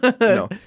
no